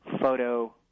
photo